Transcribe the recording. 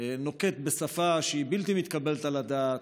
נוקט שפה שהיא בלתי מתקבלת על הדעת,